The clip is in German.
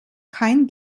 kein